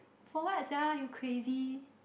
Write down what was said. for what sia you crazy